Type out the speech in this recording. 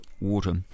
water